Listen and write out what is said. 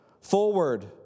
Forward